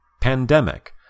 Pandemic